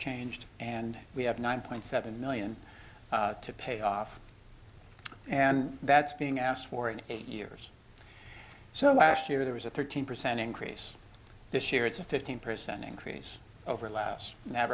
changed and we have nine point seven million to payoff and that's being asked for in eight years so last year there was a thirteen percent increase this year it's a fifteen percent increase over last